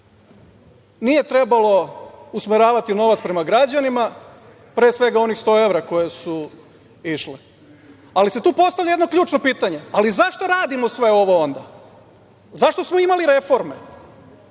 nije trebalo usmeravati novac prema građanima, pre svega onih 100 evra koje su išle. Ali, tu se postavlja jedno ključno pitanje – ali, zašto radimo sve ovo onda? Zašto smo imali reforme?